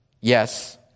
yes